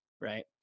right